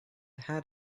had